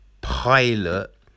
pilot